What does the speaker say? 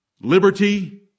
liberty